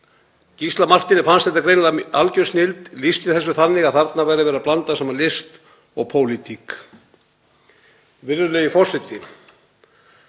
Gísla Marteini fannst þetta greinilega algjör snilld, lýsti þessu þannig að þarna væri verið að blanda saman list og pólitík.